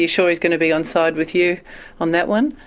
you sure he's going to be onside with you on that one?